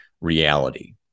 reality